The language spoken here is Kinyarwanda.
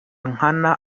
nkana